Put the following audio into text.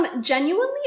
Genuinely